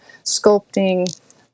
sculpting